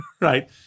right